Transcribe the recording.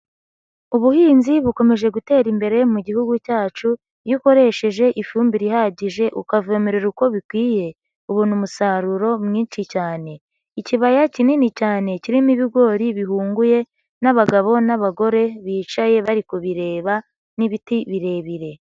Ubuhinzi bukomeje gutera imbere mu Gihugu cyacu, iyo ukoresheje ifumbire ihagije ukavomerera uko bikwiye ubona umusaruro mwinshi cyane. Ikibaya kinini cyane kirimo ibigori bihunguye n'abagabo n'abagore bicaye bari kubireba n'ibiti birebire.